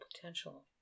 potential